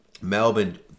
Melbourne